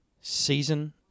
Season